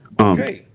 Okay